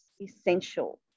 essential